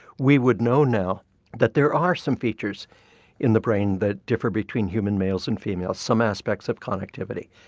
we would know now that there are some features in the brain that differ between human males and females, some aspects of conductivity.